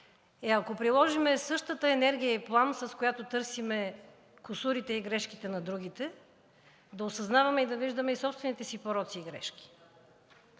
е, ако приложим същата енергия и плам, с която търсим кусурите и грешките на другите, да осъзнаваме и да виждаме и собствените си пороци и грешки.